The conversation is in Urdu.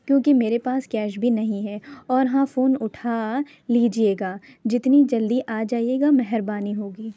کیوں کہ میرے پاس کیش بھی نہیں ہے اور ہاں فون اٹھا لیجیے گا جتنی جلدی آ جائیے گا مہربانی ہوگی